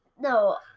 No